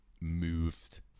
moved